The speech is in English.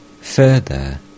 Further